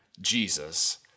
jesus